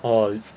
orh